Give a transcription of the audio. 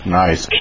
nice